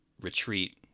retreat